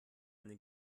eine